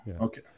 Okay